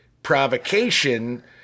provocation